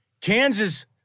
kansas